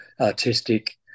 artistic